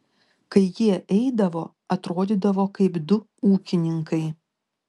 kai jie eidavo atrodydavo kaip du ūkininkai